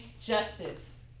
justice